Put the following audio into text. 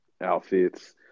outfits